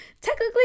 technically